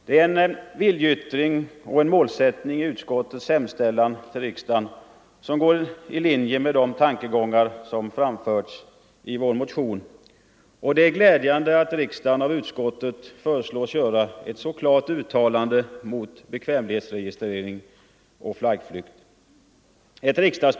Det är en viljeyttring och en målsättning i utskottets hemställan till riksdagen som går i linje med de tankegångar som framförts i vår motion, och det är glädjande att riksdagen av utskottet föreslås göra ett så klart uttalande mot bekvämlighetsregistrering och flaggflykt.